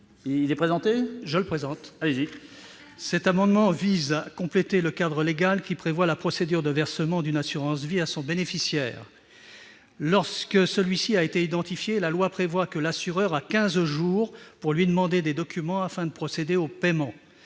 : La parole est à M. Michel Vaspart. Cet amendement vise à compléter le cadre légal, qui prévoit la procédure de versement d'une assurance vie à son bénéficiaire. Lorsque celui-ci a été identifié, la loi prévoit que l'assureur a quinze jours pour lui demander des documents, afin de procéder au paiement